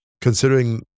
considering